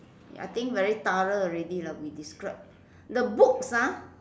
I think very thorough already lah we describe the books ah